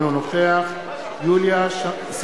אינו נוכח סילבן